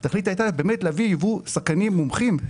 התכלית הייתה באמת להביא ייבוא שחקנים מומחים,